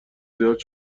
زیاد